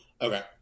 Okay